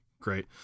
great